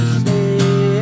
stay